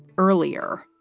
earlier,